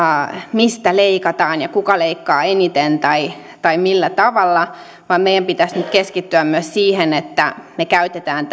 mistä leikataan ja kuka leikkaa eniten tai tai millä tavalla vaan meidän pitäisi nyt keskittyä myös siihen että me käytämme